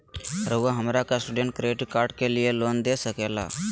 रहुआ हमरा student credit card के लिए लोन दे सके ला?